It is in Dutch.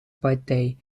partij